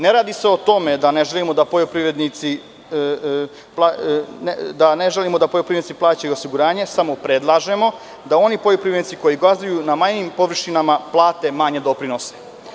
Ne radi se o tome da ne želimo da poljoprivrednici plaćaju osiguranje, samo predlažemo da oni poljoprivrednici koji gazduju na manjim površinama plate manje doprinose.